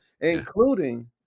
including